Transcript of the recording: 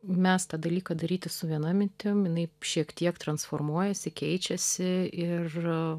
mes tą dalyką daryti su viena mintim jinai šiek tiek transformuojasi keičiasi ir